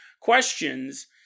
questions